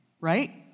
right